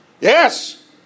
Yes